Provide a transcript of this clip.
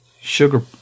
sugar